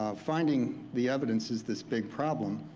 ah finding the evidence is this big problem,